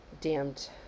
damned